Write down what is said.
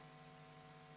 Hvala.